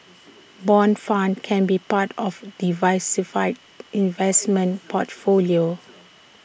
Bond funds can be part of diversified investment portfolio